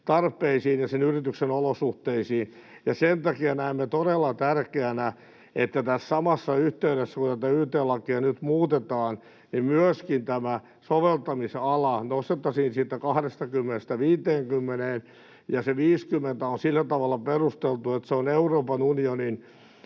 tarpeisiin ja sen yrityksen olosuhteisiin. Sen takia näemme todella tärkeänä, että tässä samassa yhteydessä, kun tätä yt-lakia nyt muutetaan, myöskin tämä soveltamisala nostettaisiin siitä 20:stä 50:een, ja se 50 on sillä tavalla perusteltu, että se on Euroopan unionin